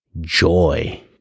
joy